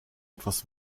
etwas